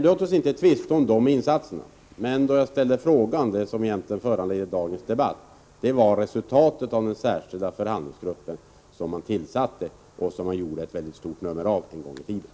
Låt oss inte tvista om dessa insatser, men den fråga som föranledde dagens debatt gällde resultatet av tillsättandet av den särskilda förhandlingsgruppen, vilket man gjorde ett mycket stort nummer av en gång i tiden.